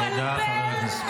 די כבר -- מה עם הטכנאים המוטסים?